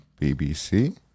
BBC